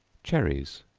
cherries.